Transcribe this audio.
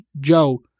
Joe